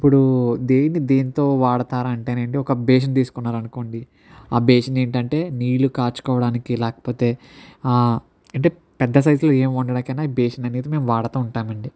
ఇప్పుడు దేన్నీ దేంతో వాడుతారు అంటే అండి ఒక బేషిన్ తీసుకున్నారు అనుకోండి ఆ బేషిన్ ఏంటి అంటే నీళ్ళు కాచుకోవడానికి లేకపోతే అంటే పెద్ద సైజులో ఏం వండడానికైనా బేషిన్ అనేది మేము వాడుతూ ఉంటాము అండి